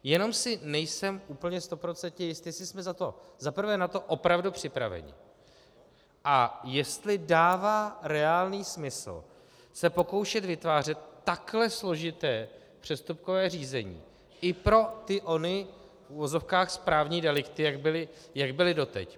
Jenom si nejsem úplně stoprocentně jist, jestli jsme na to za prvé opravdu připraveni a jestli dává reálný smysl se pokoušet vytvářet takhle složité přestupkové řízení i pro ty ony v uvozovkách správní delikty, jak byly doteď.